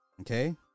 Okay